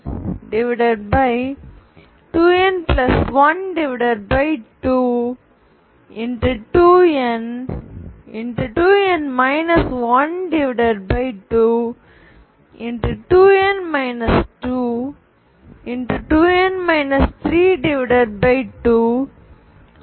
2